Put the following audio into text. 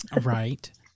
Right